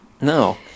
No